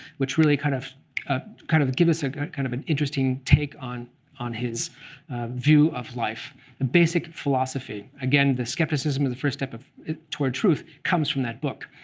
which really kind of ah kind of give us kind of an interesting take on on his view of life, the basic philosophy. again, the skepticism of the first step toward truth comes from that book.